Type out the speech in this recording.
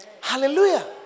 Hallelujah